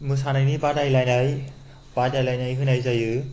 मोसानायनि बादायलायनाय होनाय जायो